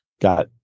got